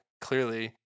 clearly